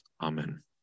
Amen